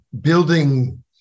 building